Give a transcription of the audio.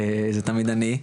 זה תמיד אני.